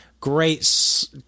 great